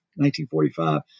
1945